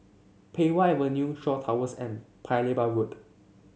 Pei Wah Avenue Shaw Towers and Paya Lebar Road